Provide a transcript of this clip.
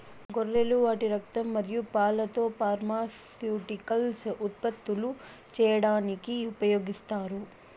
గొర్రెలు వాటి రక్తం మరియు పాలతో ఫార్మాస్యూటికల్స్ ఉత్పత్తులు చేయడానికి ఉపయోగిస్తారు